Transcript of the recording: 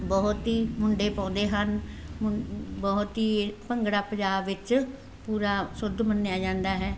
ਬਹੁਤ ਹੀ ਮੁੰਡੇ ਪਾਉਂਦੇ ਹਨ ਹੁਣ ਬਹੁਤ ਹੀ ਭੰਗੜਾ ਪੰਜਾਬ ਵਿੱਚ ਪੂਰਾ ਸ਼ੁੱਧ ਮੰਨਿਆ ਜਾਂਦਾ ਹੈ